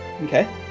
Okay